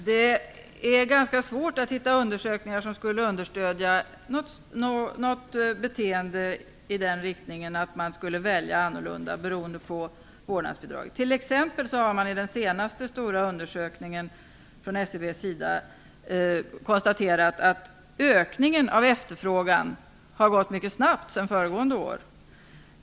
Fru talman! Det är ganska svårt att hitta undersökningar som understöder ett beteende i den riktningen, dvs. att man skulle välja annorlunda beroende på vårdnadsbidraget. I den senaste stora undersökningen från SCB:s sida konstaterar man t.ex. att ökningen av efterfrågan har gått mycket snabbt sedan föregående år.